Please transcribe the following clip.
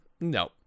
No